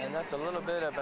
and that's a little bit of